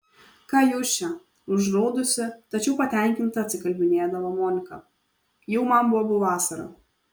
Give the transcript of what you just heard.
ką jūs čia užraudusi tačiau patenkinta atsikalbinėdavo monika jau man bobų vasara